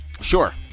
Sure